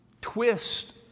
twist